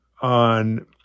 on